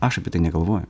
aš apie tai negalvoju